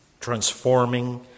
transforming